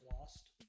Lost